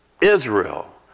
Israel